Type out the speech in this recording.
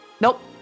Nope